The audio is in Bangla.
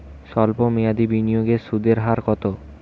সল্প মেয়াদি বিনিয়োগের সুদের হার কত?